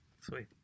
Sweet